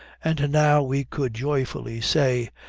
and now we could joyfully say,